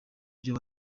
byo